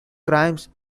crimes